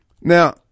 now